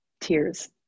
tears